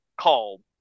called